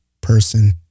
person